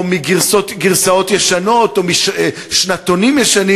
או מגרסאות ישנות ושנתונים ישנים